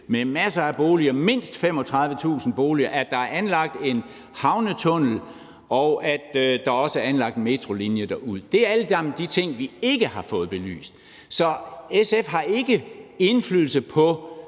med masser af boliger, mindst 35.000 boliger, at der er anlagt en havnetunnel, og at der også er anlagt en metrolinje derud. Det er alt sammen de ting, vi ikke har fået belyst. Så SF har ikke indflydelse på,